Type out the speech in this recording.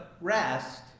rest